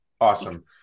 awesome